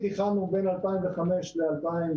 את התוכנית הכנו בין 2005 ל-2008,